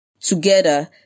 Together